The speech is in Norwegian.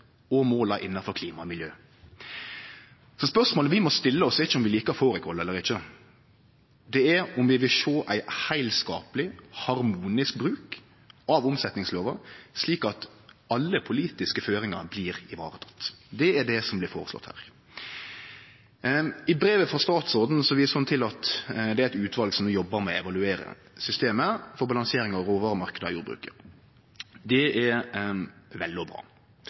Så spørsmålet vi må stille oss, er ikkje om vi likar fårikål eller ikkje, men om vi vil sjå ein heilskapleg og harmonisk bruk av omsetningslova, slik at alle politiske føringar blir ivaretekne. Det er det som blir føreslått her. I brevet frå statsråden viser ho til at det er eit utval som no jobbar med å evaluere systemet for balansering av råvaremarknadene i jordbruket. Det er vel og bra,